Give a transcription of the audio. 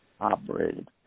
operated